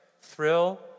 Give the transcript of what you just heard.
thrill